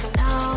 now